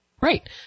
Right